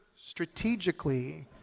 strategically